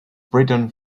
briton